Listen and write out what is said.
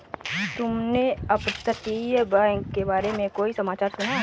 तुमने अपतटीय बैंक के बारे में कोई समाचार सुना है?